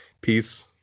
Peace